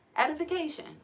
Edification